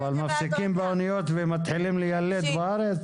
מפסיקים באוניות ומתחילים ליילד בארץ?